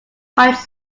college